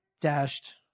dashed